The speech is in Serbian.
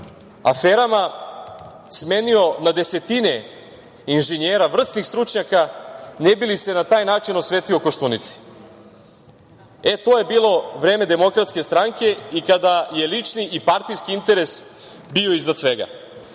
aferama smenio na desetine inženjera, vrsnih stručnjaka ne bili se na taj način osvetio Koštunici. E, to je bilo vreme DS i kada je lični i partijski interes bio iznad svega. Kada